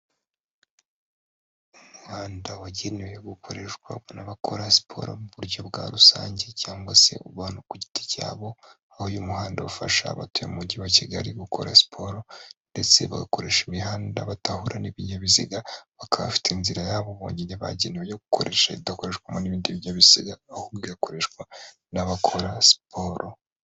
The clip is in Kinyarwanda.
Umuhanda wagenewe gukoreshwa n'abakora siporo, mu buryo bwa rusange cyangwa se ubantu ku giti cyabo, aho uyu muhanda ufasha abatuye mu Mujyi wa Kigali gukora siporo ndetse bagakoresha imihanda batahura n'ibinyabiziga, bakaba bafite inzira yabo bonyine, bagenewe yo gukoresha idakoreshwa n'ibindi binyabiziga, ahubwo igakoreshwa n'abakora siporo.